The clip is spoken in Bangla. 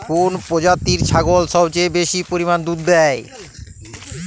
কোন প্রজাতির ছাগল সবচেয়ে বেশি পরিমাণ দুধ দেয়?